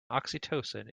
oxytocin